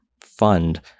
fund